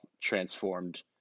transformed